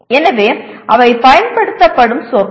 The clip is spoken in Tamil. எனவே அவை பயன்படுத்தப்படும் சொற்கள்